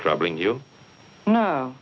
troubling you know